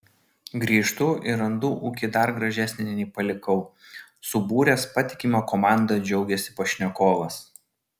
grįžtu ir randu ūkį dar gražesnį nei palikau subūręs patikimą komandą džiaugiasi pašnekovas